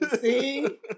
See